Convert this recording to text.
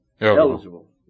eligible